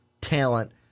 talent